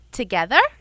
together